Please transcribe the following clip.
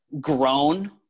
grown